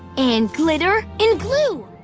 and glitter, and glue!